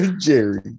Jerry